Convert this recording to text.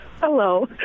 Hello